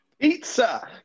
Pizza